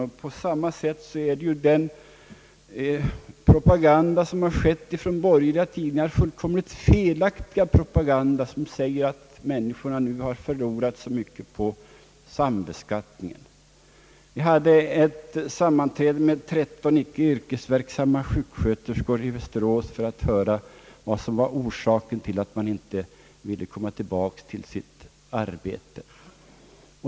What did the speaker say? Det är en fullständigt felaktig propaganda från den borgerliga sidan när det heter att människorna nu har förlorat så mycket på sambeskattningen. Vi hade ett sammanträde med tretton icke yrkesverksamma sjuksköterskor i Västerås för att höra vad som var orsaken till att de inte ville komma tillbaka till sitt arbete.